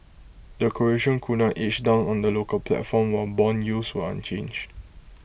the Croatian Kuna edged down on the local platform while Bond yields were unchanged